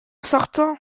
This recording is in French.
sortant